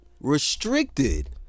Restricted